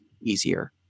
easier